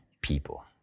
people